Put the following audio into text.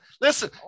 listen